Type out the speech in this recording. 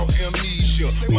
amnesia